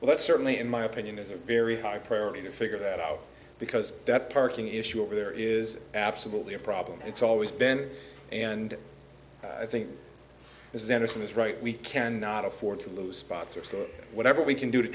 well that's certainly in my opinion is a very high priority to figure that out because that parking issue over there is absolutely a problem it's always been and i think this is anderson is right we cannot afford to lose spots or so whatever we can do to